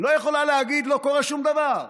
לא יכולה להגיד שלא קורה שום דבר.